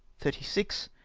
thirty six,